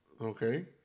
okay